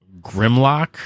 Grimlock